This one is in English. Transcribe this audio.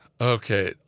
Okay